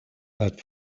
but